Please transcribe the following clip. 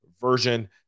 version